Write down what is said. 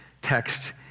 text